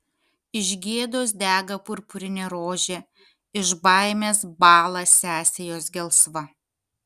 iš gėdos dega purpurinė rožė iš baimės bąla sesė jos gelsva